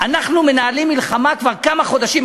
אנחנו מנהלים מלחמה כבר כמה חודשים,